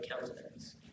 countenance